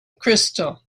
crystal